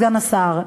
סגן השר,